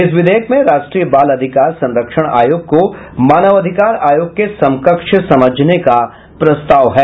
इस विधेयक में राष्ट्रीय बाल अधिकार संरक्षण आयोग को मानवाधिकार आयोग के समकक्ष समझने का प्रस्ताव है